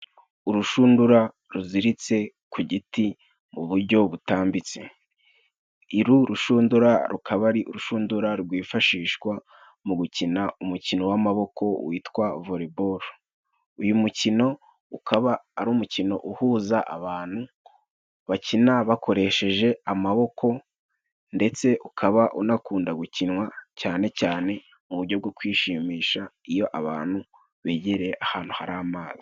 Urushundura ruziritse ku giti mu buryo butambitse. Uru rushundura, rukaba ari urushundura rwifashishwa mu gukina umukino w'amaboko witwa voreboro. Uyu mukino, ukaba ari umukino uhuza abantu bakina bakoresheje amaboko, ndetse ukaba unakunda gukinwa cyane cyane mu buryo bwo kwishimisha, iyo abantu begereye ahantu hari amazi.